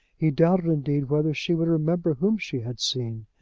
he doubted, indeed, whether she would remember whom she had seen.